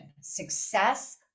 success